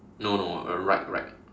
no no uh right right